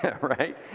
Right